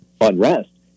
unrest